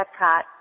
Epcot